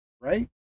Right